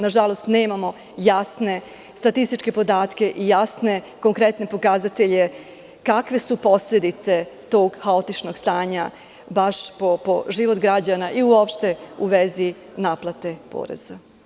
Nažalost, nemamo jasne statističke podatke i konkretne pokazatelje kakve su posledice tog haotičnog stanja baš po život građana i uopšte u vezi naplate poreza.